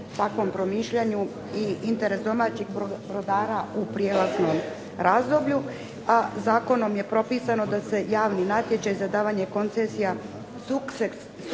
takvom promišljanju i interes domaćih brodara u prijelaznom razdoblju, a zakonom je propisano da se javni natječaj za davanje koncesija sukcesivno